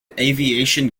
aviation